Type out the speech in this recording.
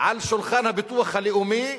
על שולחן הביטוח הלאומי,